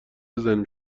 بزنیم